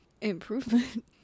improvement